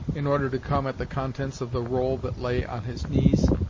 in order to come at the contents of the roll that lay on his knees